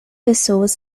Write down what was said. pessoas